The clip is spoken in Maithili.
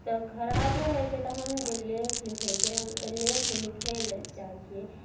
तऽ खराबो होइ छै तऽ हम जे लेख लिखै छियै हम ओहि लेखमे लिखै लए चाहै छियै